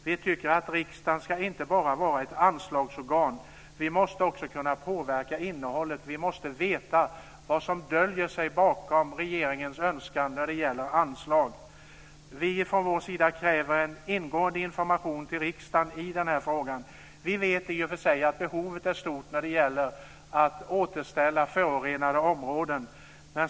Vi tycker att riksdagen inte bara ska vara ett anslagsorgan. Vi måste också kunna påverka innehållet. Vi måste veta vad som döljer sig bakom regeringens önskan när det gäller anslag. Från vår sida kräver vi ingående information till riksdagen i den här frågan. Vi vet i och för sig att behovet är stort när det gäller att återställa förorenade områden.